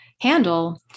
handle